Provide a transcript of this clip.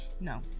No